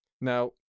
Now